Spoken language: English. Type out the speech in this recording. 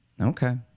Okay